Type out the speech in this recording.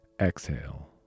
exhale